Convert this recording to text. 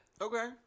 Okay